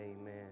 Amen